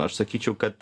aš sakyčiau kad